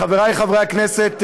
חברי חברי הכנסת,